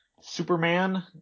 superman